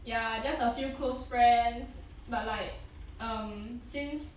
ya just a few close friends but like um since